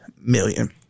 million